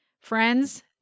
Friends